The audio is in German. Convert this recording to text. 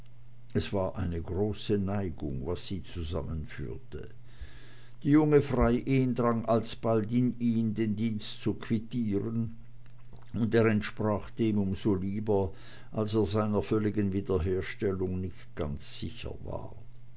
es war eine große neigung was sie zusammenführte die junge freiin drang alsbald in ihn den dienst zu quittieren und er entsprach dem um so lieber als er seiner völligen wiederherstellung nicht ganz sicher war